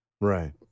Right